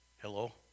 Hello